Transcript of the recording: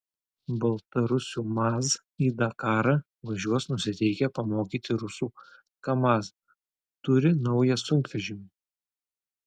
baltarusių maz į dakarą važiuos nusiteikę pamokyti rusų kamaz turi naują sunkvežimį